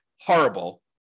horrible